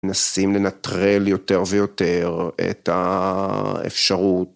מנסים לנטרל יותר ויותר את האפשרות.